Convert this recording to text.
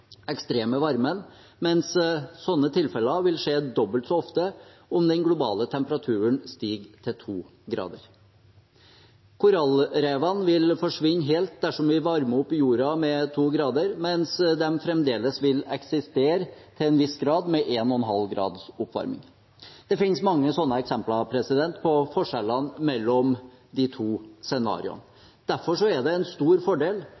ekstreme varmen, mens slike tilfeller vil skje dobbelt så ofte om den globale temperaturen stiger med 2 grader. Korallrevene vil forsvinne dersom vi varmer opp jorden med 2 grader, mens de fremdeles vil eksistere til en viss grad med 1,5 graders oppvarming. Det finnes mange slike eksempler på forskjellen mellom de to scenariene. Derfor er det en stor fordel